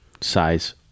size